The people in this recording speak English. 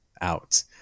out